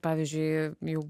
pavyzdžiui jau